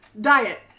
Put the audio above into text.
Diet